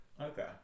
Okay